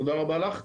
תודה רבה לך.